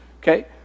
okay